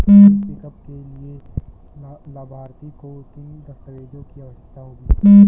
Cash pickup के लिए लाभार्थी को किन दस्तावेजों की आवश्यकता होगी?